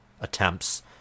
attempts